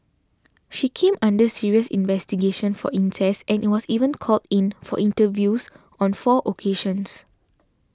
she came under serious investigation for incest and was even called in for interviews on four occasions